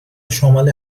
شمال